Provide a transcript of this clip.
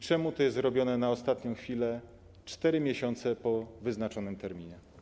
Czemu to jest robione na ostatnią chwilę, 4 miesiące po wyznaczonym terminie?